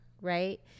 Right